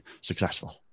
successful